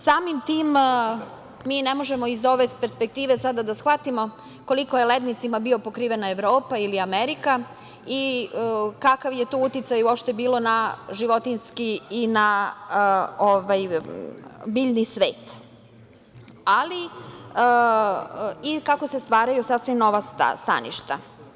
Samim tim, mi ne možemo iz ove perspektive sada da shvatimo koliko je lednicima bila pokrivena Evropa ili Amerika, i kakav je to uticaj uopšte bilo na životinjski i na biljni svet, i kako se stvaraju sasvim nova staništa.